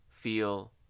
feel